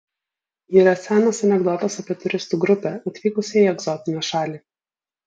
yra senas anekdotas apie turistų grupę atvykusią į egzotinę šalį